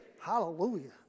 Hallelujah